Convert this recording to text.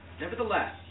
Nevertheless